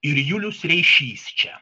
ir julius reišys čia